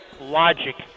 logic